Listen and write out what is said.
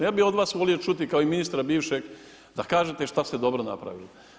Ja bi od vas volio čuti, kao i ministra bivšeg, da kažete što ste dobrog napravili.